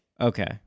Okay